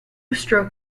stroke